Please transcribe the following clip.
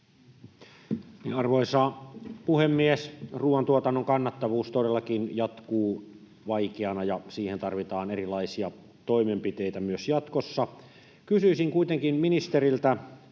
Arvoisa puhemies! Ruoantuotannon kannattavuus todellakin jatkuu vaikeana, ja siihen tarvitaan erilaisia toimenpiteitä myös jatkossa. Kysyisin kuitenkin ministeriltä